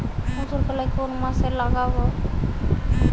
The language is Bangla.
মুসুরকলাই কোন মাসে লাগাব?